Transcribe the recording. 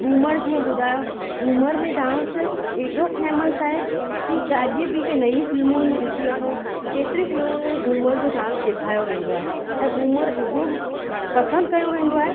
घुमर जीअं ॿुधायो घुमर में डांस एडो फेमस आहे की काजे बि के नई फिल्मुनि में ॾिसी वठो केतिरी फिल्मुन में घुमर जो डांस ॾेखारियो वेंदो आहे ऐं घुमर एडो पसंदि कयो वेंदो आहे